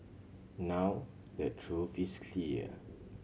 now the truth is clear